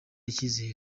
icyizere